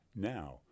Now